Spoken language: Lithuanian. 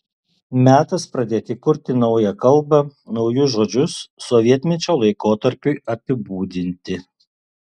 metas pradėti kurti naują kalbą naujus žodžius sovietmečio laikotarpiui apibūdinti